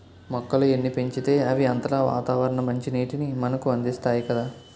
మొక్కలు ఎన్ని పెంచితే అవి అంతలా వాతావరణ మంచినీటిని మనకు అందిస్తాయి కదా